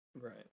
Right